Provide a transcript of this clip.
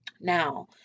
Now